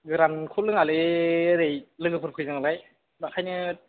गोरानखौ लोङालै ओरै लोगोफोर फैदों नालाय बाखायनो